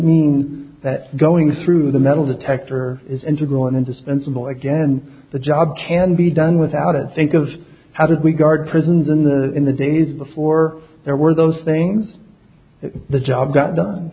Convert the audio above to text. mean that's going through the metal detector is integral and indispensable again the job can be done without it think of how did we guard prisons in the in the days before there were those things the job got done